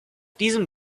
diesem